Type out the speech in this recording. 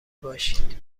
باشید